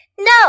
No